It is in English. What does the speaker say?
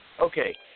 okay